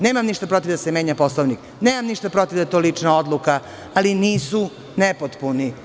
Nemam ništa protiv da se menja Poslovnik, nemam ništa protiv da je to lična odluka, ali nisu nepotpuni.